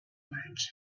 merchant